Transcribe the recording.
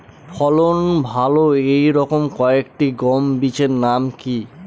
ফলন ভালো এই রকম কয়েকটি গম বীজের নাম কি?